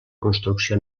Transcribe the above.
construcció